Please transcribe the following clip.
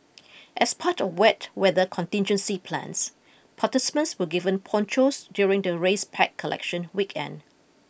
as part of wet weather contingency plans participants were given ponchos during the race pack collection weekend